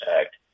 Act